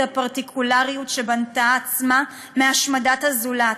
הפרטיקולריות שבנתה את עצמה מהשמדת הזולת.